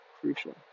crucial